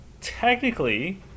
technically